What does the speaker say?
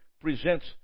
presents